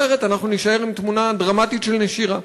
אחרת אנחנו נישאר עם תמונה דרמטית של נשירה.